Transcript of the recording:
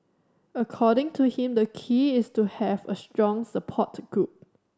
according to him the key is to have a strong support group